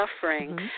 suffering